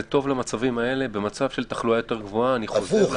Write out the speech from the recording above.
זה טוב למצבים האלה; במצב של תחלואה יותר גבוהה אני חושב --- הפוך,